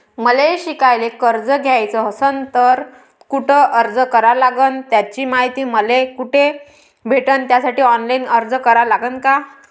मले शिकायले कर्ज घ्याच असन तर कुठ अर्ज करा लागन त्याची मायती मले कुठी भेटन त्यासाठी ऑनलाईन अर्ज करा लागन का?